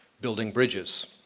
building bridges.